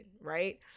right